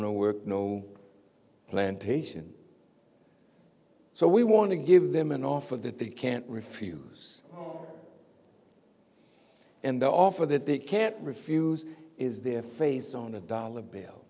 no work no plantation so we want to give them an offer that they can't refuse and the offer that they can't refuse is their face on a dollar bill